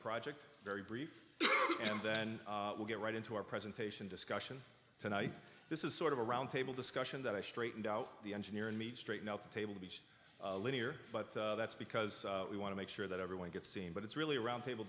project very brief and then we'll get right into our presentation discussion tonight this is sort of a roundtable discussion that i straightened out the engineer and me straighten out the table to be linear but that's because we want to make sure that everyone gets seen but it's really a roundtable